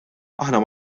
aħna